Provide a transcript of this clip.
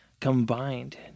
combined